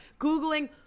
Googling